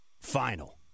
final